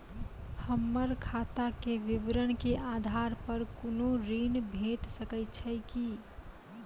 हमर खाता के विवरण के आधार प कुनू ऋण भेट सकै छै की?